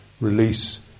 release